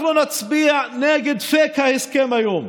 אנחנו נצביע נגד פייק ההסכם היום,